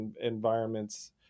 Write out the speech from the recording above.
environments